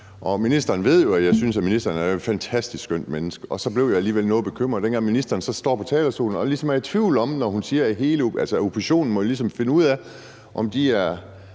og ministeren ved jo, at jeg synes, at ministeren er et fantastisk skønt menneske, og så blev jeg alligevel noget bekymret, dengang ministeren så stod på talerstolen og ligesom var i tvivl, da hun sagde, at oppositionen ligesom må finde ud af, om de er